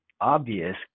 obvious